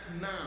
now